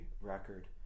record